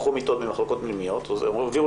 לקחו מיטות ממחלקות פנימיות והעבירו